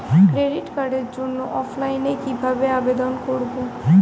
Credit কার্ডের জন্য অফলাইনে কিভাবে আবেদন করব?